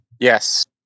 yes